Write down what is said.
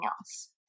else